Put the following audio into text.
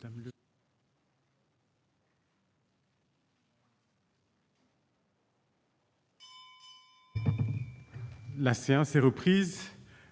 La séance est reprise.